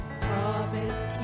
promise